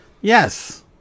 Yes